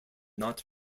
not